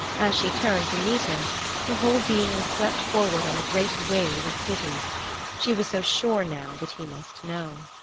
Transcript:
as she turned to meet him her whole being was swept forward on a great wave of pity she was so sure, now, that he must know.